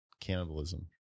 cannibalism